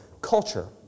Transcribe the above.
culture